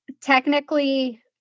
technically